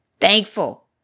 thankful